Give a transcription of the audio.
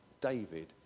David